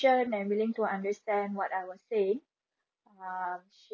~tient and willing to understand what I was saying um sh~